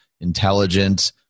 intelligent